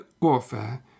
warfare